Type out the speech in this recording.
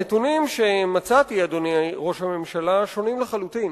הנתונים שמצאתי, אדוני ראש הממשלה, שונים לחלוטין.